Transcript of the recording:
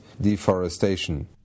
deforestation